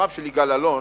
בדבריו של יגאל אלון,